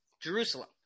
Jerusalem